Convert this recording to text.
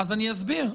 אני אסביר,